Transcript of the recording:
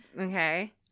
Okay